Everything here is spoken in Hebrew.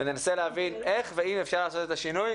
וננסה להבין איך ואם אפשר לעשות את השינוי.